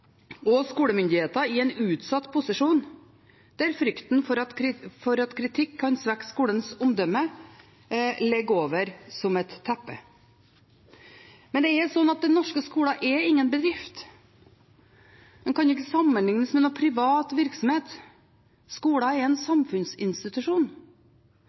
og skolemyndigheter i en utsatt posisjon der frykten for at kritikk kan svekke skolens omdømme, ligger over som et teppe. Men den norske skolen er ingen bedrift. Den kan ikke sammenlignes med en privat virksomhet. Skolen er en